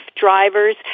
drivers